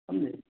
समझे